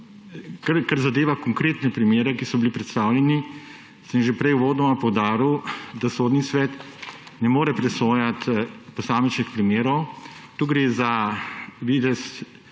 Kar zadeva konkretne primere, ki so bili predstavljeni, sem že prej uvodoma poudaril, da sodni svet ne more presojati posamičnih primerov. Tu gre za videz